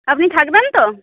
আপনি থাকবেন তো